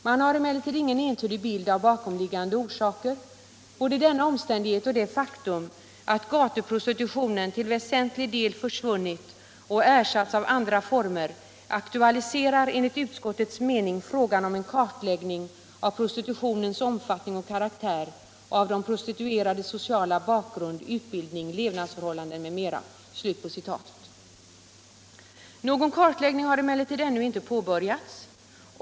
Man har emellertid ingen entydig bild av bakomliggande orsaker. Både denna omständighet och det faktum att gatuprostitutionen till väsentlig del försvunnit och ersatts av andra tormer aktualiserar enligt utskottets mening frågan om en kartläggning av prostitutionens omfattning och karaktär och av de prostituerades sociala bakgrund, utbildning, Ievnadsförhållanden m.m.” Någon kartläggning har dock ännu inte påbörjats.